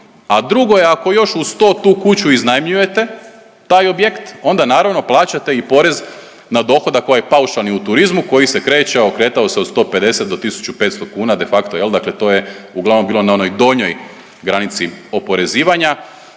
a drugo je ako još uz to tu kuću iznajmljujete taj objekt onda naravno plaćate i porez na dohodak ovaj paušalni u turizmu koji se kreće, kretao se od 150 do 1.500 kuna de facto jel to je uglavnom bilo na onoj donjoj granici oporezivanja